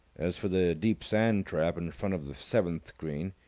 as for the deep sand-trap in front of the seventh green,